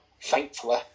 Thankfully